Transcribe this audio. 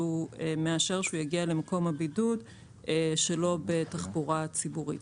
הגיע למקום הבידוד לא בתחבורה ציבורית,